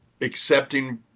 accepting